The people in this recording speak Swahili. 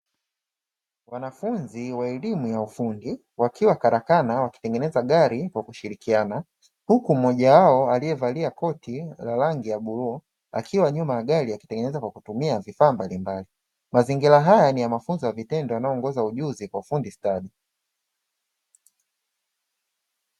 Wanafunzi wa elimu ya ufundi wakiwa karakana wakitengeneza gari wa kushirikiana, huku mmoja wao aliyevalia koti la rangi ya bluu akiwa nyuma ya gari akitengeneza kwa kutumia vifaa mbalimbali. Mazingira haya ni ya mafunzo ya vitendo yanayoongeza ujuzi kwa ufundi stadi.